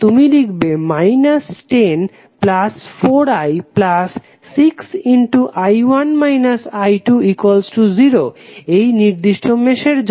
তুমি লিখবে 104i160 এই নির্দিষ্ট মেশের জন্য